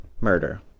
murder